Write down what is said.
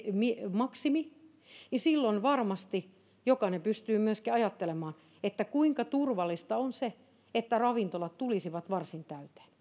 maksimi silloin varmasti jokainen pystyy myöskin ajattelemaan että kuinka turvallista on se että ravintolat tulisivat varsin täyteen